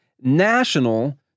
national